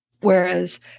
whereas